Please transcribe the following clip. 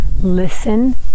listen